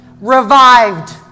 Revived